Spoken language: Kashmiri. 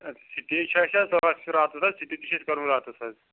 اَدٕ سِٹے چھُ اَسہِ حظ دۄہَس راتَس حظ سِٹے تہِ چھُ اَسہِ کَرُن راتَس حظ